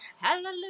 hallelujah